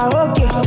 okay